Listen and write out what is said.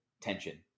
tension